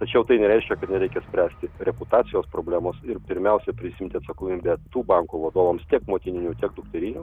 tačiau tai nereiškia kad nereikia spręsti reputacijos problemos ir pirmiausia prisiimti atsakomybę tų bankų vadovams tiek motininių tiek dukterinių